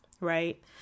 right